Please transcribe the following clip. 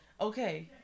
Okay